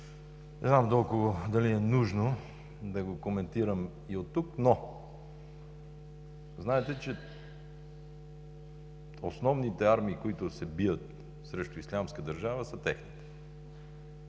Не знам дали толкова е нужно да го коментирам и от тук, но знаете, че основните армии, които се бият срещу Ислямска държава, са те.